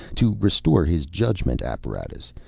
to restore his judgment apparatus,